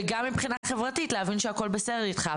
וגם מבחינה חברתית להבין שהכול בסדר איתך.